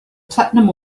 platinum